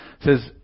says